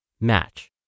match